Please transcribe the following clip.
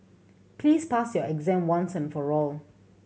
please pass your exam once and for all